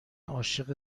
عاشق